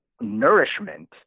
nourishment